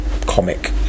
Comic